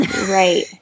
right